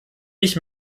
ich